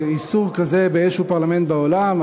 איסור כזה בפרלמנט כלשהו בעולם,